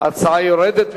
ההצעה יורדת.